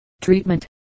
Treatment